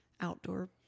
outdoor